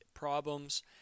problems